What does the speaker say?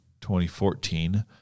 2014